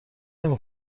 نمی